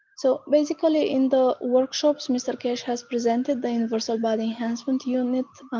so basically in the workshops mr. keshe has presented the universal body enhancement unit,